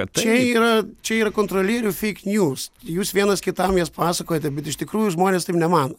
čia yra čia yra kontrolierių feik niūs jūs vienas kitam jas pasakojate bet iš tikrųjų žmonės taip nemano